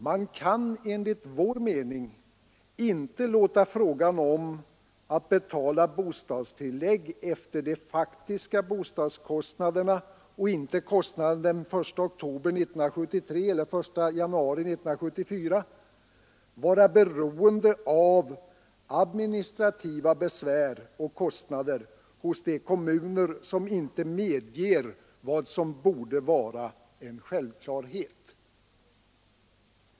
Man kan enligt vår mening inte låta frågan om att betala bostadstillägg för de faktiska bostadskostnaderna, inte kostnaden den 1 oktober 1973 eller den 1 januari 1974, vara beroende av administrativa besvär och kostnader hos de kommuner som inte medger vad som borde vara en självklarhet.